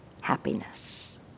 happiness